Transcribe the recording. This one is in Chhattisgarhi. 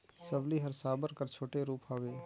सबली हर साबर कर छोटे रूप हवे